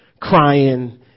crying